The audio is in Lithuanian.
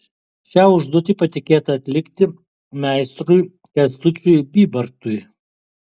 šią užduotį patikėta atlikti meistrui kęstučiui bybartui